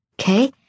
okay